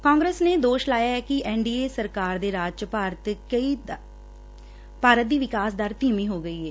ਕਾਂਗਰਸ ਨੇ ਦੋਸ਼ ਲਾਇਆ ਕਿ ਐਨ ਡੀ ਏ ਸਰਕਾਰ ਦੇ ਰਾਜ ਚ ਭਾਰਤ ਦੀ ਵਿਕਾਸ ਦਰ ਧੀਮੀ ਹੋ ਗਈ ਏ